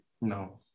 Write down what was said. No